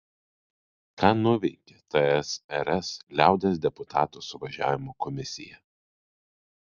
ką nuveikė tsrs liaudies deputatų suvažiavimo komisija